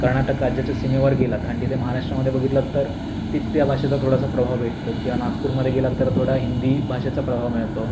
कर्नाटक राज्याच्या सीमेवर गेलात आणि तिथे महाराष्ट्रामध्ये बघितलंत तर तिथल्या भाषेचा थोडासा प्रभाव भेटतो किंवा नागपूरमध्ये गेलात तर थोडा हिंदी भाषेचा प्रभाव मिळतो